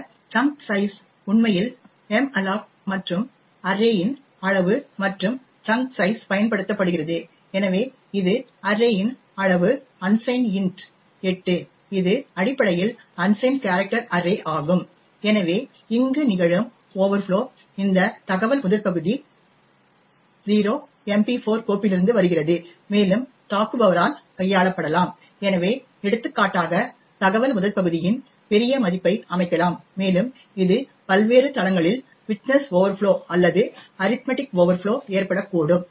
இந்த chunk size உண்மையில் malloc மற்றும் அர்ரே இன் அளவு மற்றும் சங்க் சைஸ் பயன்படுத்தப்படுகிறது எனவே இது அர்ரே இன் அளவு அன்சைன்ட் இன்ட் 8 இது அடிப்படையில் அன்சைன்ட் கேரக்டர் அர்ரே ஆகும் எனவே இங்கு நிகழும் ஓவர்ஃப்ளோ இந்த தகவல் முதற்பகுதி 0 MP4 கோப்பிலிருந்து வருகிறது மேலும் தாக்குபவரால் கையாளப்படலாம் எனவே எடுத்துக்காட்டாக தகவல் முதற்பகுதியின் பெரிய மதிப்பை அமைக்கலாம் மேலும் இது பல்வேறு தளங்களில் விட்த்னஸ் ஓவர்ஃப்ளோ அல்லது அரித்மடிக் ஓவர்ஃப்ளோ ஏற்படக்கூடும்